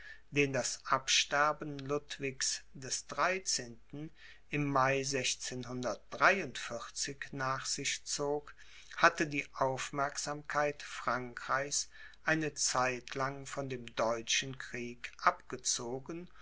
den das absterben ludwigs des dreizehnten im mai nach sich zog hatte die aufmerksamkeit frankreichs eine zeit lang von dem deutschen krieg abgezogen